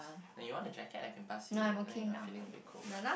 do you want a jacket I can pass you i know you are feeling a bit cold